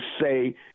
say